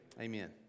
Amen